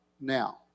now